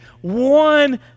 one